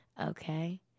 Okay